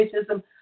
racism